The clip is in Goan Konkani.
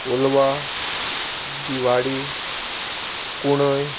कोलवा दिवाडी कुंडय